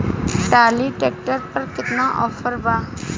Trolley tractor पर केतना offer बा?